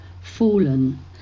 fallen